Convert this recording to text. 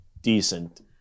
decent